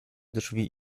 drzwi